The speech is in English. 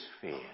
fear